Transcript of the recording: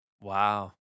Wow